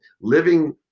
living